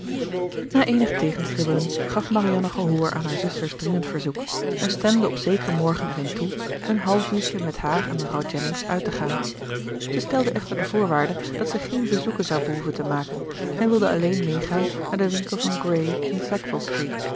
na eenig tegenstribbelen gaf marianne gehoor aan haar zuster's dringend verzoek en stemde op zekeren morgen erin toe een half uurtje met haar en mevrouw jennings uit te gaan zij stelde echter de voorwaarde dat zij geen bezoeken zou behoeven te maken en wilde alleen meegaan naar den winkel van gray in sackville street